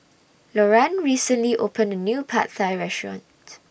Loran recently opened A New Pad Thai Restaurant